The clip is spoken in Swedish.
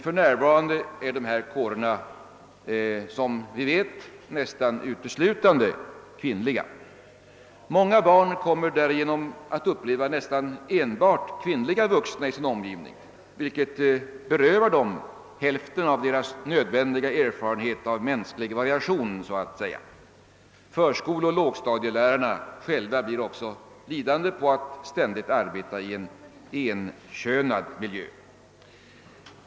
För närvarande är dessa kårer, som vi vet, nästan uteslutande kvinnliga. Många barn kommer därigenom att uppleva nära nog enbart kvinnliga vuxna i sin omgivning, vilket berövar dem hälften av deras nödvändiga erfarenhet av mänsklig variation. Förskoleoch lågstadielärarna själva blir också lidande på att ständigt arbeta i en enkönad miljö.